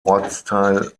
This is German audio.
ortsteil